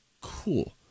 cool